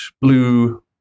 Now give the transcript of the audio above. blue